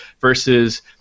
Versus